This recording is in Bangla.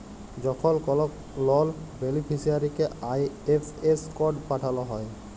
যখল কল লল বেলিফিসিয়ারিকে আই.এফ.এস কড পাঠাল হ্যয়